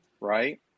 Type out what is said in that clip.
right